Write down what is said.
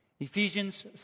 Ephesians